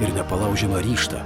ir nepalaužiamą ryžtą